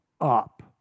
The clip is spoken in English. up